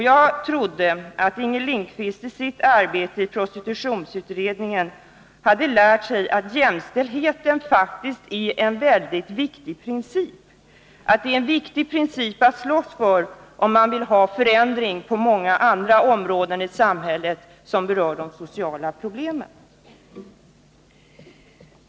Jag trodde att Inger Lindquist i sitt arbete i prostitutionsutredningen hade lärt sig att jämställdheten faktiskt är en mycket viktig princip, som det är angeläget att slåss för, om man vill ha förändring på många andra områden i samhället som berör de sociala problemen.